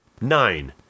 nine